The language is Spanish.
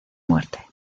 muerte